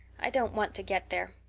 i don't want to get there.